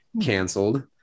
canceled